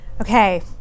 Okay